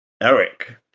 Eric